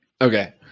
Okay